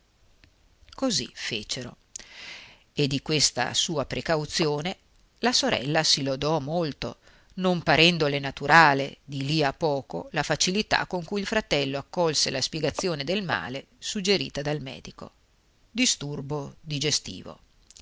così fecero e di questa sua precauzione la sorella si lodò molto non parendole naturale di lì a poco la facilità con cui il fratello accolse la spiegazione del male suggerita dal medico disturbo digestivo